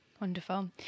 Wonderful